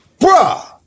Bruh